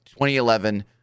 2011